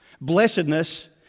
blessedness